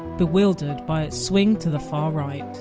bewildered by it's swing to the far right.